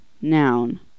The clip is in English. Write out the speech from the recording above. noun